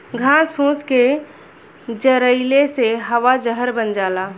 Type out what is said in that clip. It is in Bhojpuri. घास फूस के जरइले से हवा जहर बन जाला